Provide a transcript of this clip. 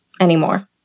anymore